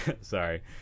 Sorry